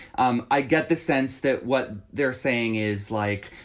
um i get the sense that what they're saying is like,